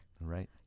Right